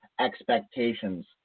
expectations